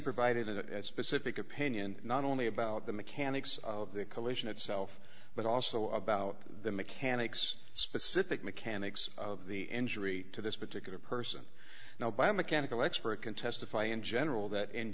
provided it as specific opinion not only about the mechanics of the collision itself but also about the mechanics specific mechanics of the injury to this particular person now by mechanical expert can testify in general that in